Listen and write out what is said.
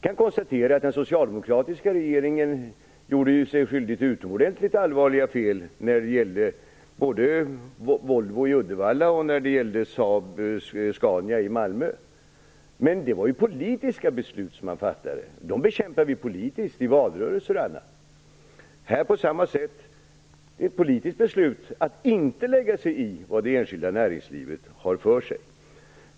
Jag konstaterar att den socialdemokratiska regeringen gjorde sig skyldig till utomordentligt allvarliga fel när det gällde både Volvo i Uddevalla och Saab Scania i Malmö. Men det var politiska beslut. Dem bekämpar vi politiskt, i valrörelser och andra sammanhang. Här var det på samma sätt ett politiskt beslut att inte lägga sig i vad det enskilda näringslivet har för sig.